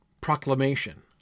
proclamation